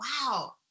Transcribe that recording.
wow